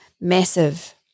massive